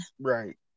Right